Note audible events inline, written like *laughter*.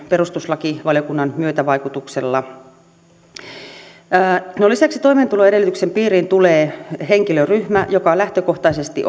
*unintelligible* perustuslakivaliokunnan myötävaikutuksella lisäksi toimeentuloedellytyksen piiriin tulee henkilöryhmä joka lähtökohtaisesti *unintelligible*